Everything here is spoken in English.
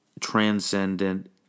transcendent